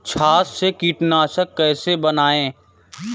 छाछ से कीटनाशक कैसे बनाएँ?